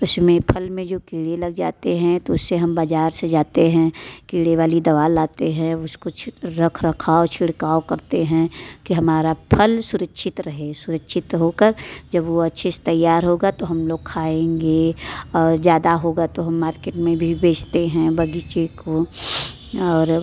उसमें फल में जो कीड़े लग जाते हैं तो उससे हम बजार से जाते हैं कीड़े वाली दवा लाते हैं उसको रखरखाव छिड़काव करते हैं कि हमारा फल सुरक्षित रहे सुरक्षित होकर जब वो अच्छे से तैयार होगा तो हम लोग खाएँगे ज़्यादा होगा तो हम मार्केट में भी बेचते हैं बगीचे को और